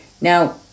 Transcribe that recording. Now